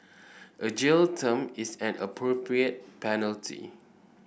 a jail term is an appropriate penalty